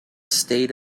state